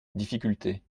difficultés